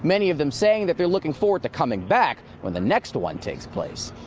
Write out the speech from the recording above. many of them saying that they're looking forward to coming back when the next one takes place.